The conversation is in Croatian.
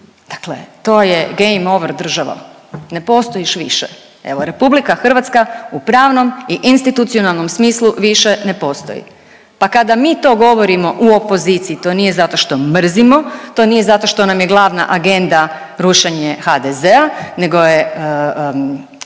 dakle to je game over država, ne postojiš više. Evo RH u pravnom i institucionalnom smislu više ne postoji. Pa kada mi to govorimo u opoziciji to nije zato što mrzimo, to nije zato što nam je glavna agenda rušenje HDZ-a nego je